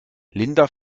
linda